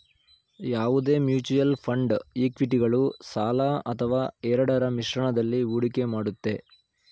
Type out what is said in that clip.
ಯಾವುದೇ mutual fund ಇಕ್ವಿಟಿಗಳು ಸಾಲ ಅಥವಾ ಎರಡರ ಮಿಶ್ರಣದಲ್ಲಿ ಹೂಡಿಕೆ ಮಾಡುತ್ತೆ